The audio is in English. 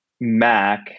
Mac